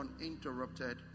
uninterrupted